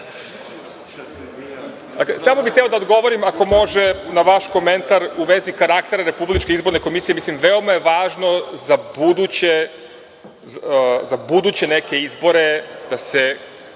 Samo bih hteo da odgovorim, ako može, na vaš komentar u vezi karaktera Republičke izborne komisije. Veoma je važno za buduće neke izbore da se